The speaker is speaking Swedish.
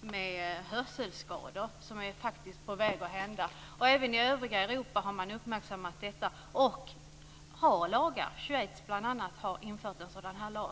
med hörselskador, vilket vi faktiskt håller på att få. Även i övriga Europa har man uppmärksammat detta och har lagar för det. Bl.a. har Schweiz infört en sådan här lag.